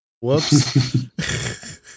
Whoops